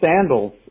sandals